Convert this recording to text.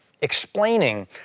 explaining